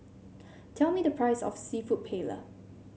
tell me the price of seafood Paella